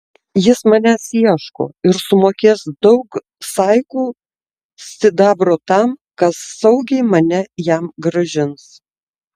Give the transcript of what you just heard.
jis manęs ieško ir sumokės daug saikų sidabro tam kas saugiai mane jam grąžins